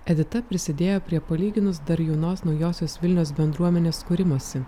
edita prisidėjo prie palyginus dar jaunos naujosios vilnios bendruomenės kūrimosi